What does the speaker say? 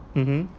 mmhmm